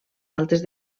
altes